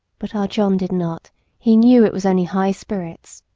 but our john did not he knew it was only high spirits.